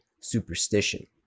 superstition